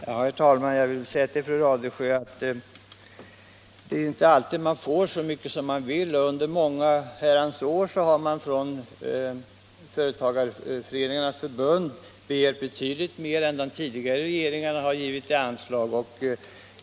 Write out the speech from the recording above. Herr talman! Det är ju inte alltid man får så mycket som man vill ha. Många år har Företagareföreningarnas förbund begärt betydligt mer än den tidigare regeringen föreslagit i anslag.